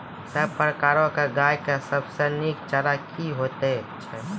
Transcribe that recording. सब प्रकारक गाय के सबसे नीक चारा की हेतु छै?